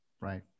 Right